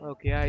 Okay